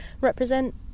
represent